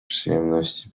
przyjemności